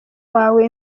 wawe